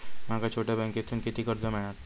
माका छोट्या बँकेतून किती कर्ज मिळात?